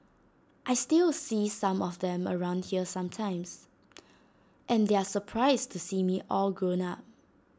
I still see some of them around here sometimes and they are surprised to see me all grown up